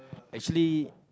actually